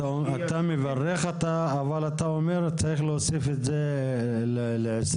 אתה מברך, אבל אתה אומר צריך להוסיף את זה ל- 20?